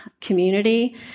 community